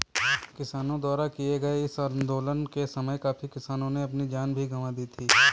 किसानों द्वारा किए गए इस आंदोलन के समय काफी किसानों ने अपनी जान भी गंवा दी थी